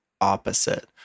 opposite